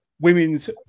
Women's